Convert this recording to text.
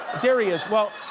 there he is. well,